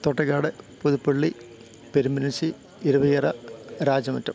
Thottakkad Puthuppally Perumpinachi Iravichira Rajamattam